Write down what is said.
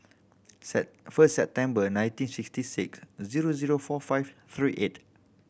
first September nineteen sixty six zero zero four five three eight